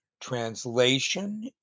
translation